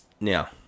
Now